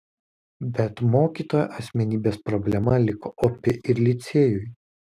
bet mokytojo asmenybės problema liko opi ir licėjui